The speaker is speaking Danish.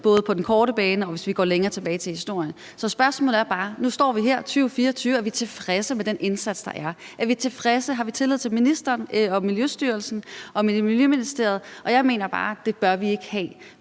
både på den korte bane, og hvis vi går længere tilbage i historien. Så spørgsmålet er bare, om vi nu, hvor vi står her i 2024, er tilfredse med den indsats, der er. Er vi tilfredse, og har vi tillid til ministeren, Miljøstyrelsen og Miljøministeriet? Og jeg mener bare, at det bør vi ikke have.